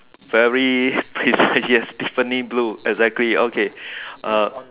very precise yes Tiffany blue exactly okay uh